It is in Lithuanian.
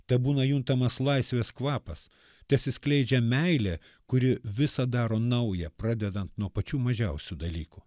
tebūna juntamas laisvės kvapas tesiskleidžia meilė kuri visą daro naują pradedant nuo pačių mažiausių dalykų